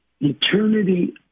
eternity